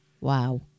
Wow